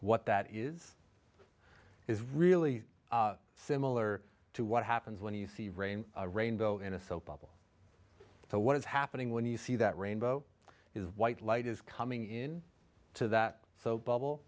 what that is is really similar to what happens when you see rain a rainbow in a soap bubble so what is happening when you see that rainbow is white light is coming in to that so bubble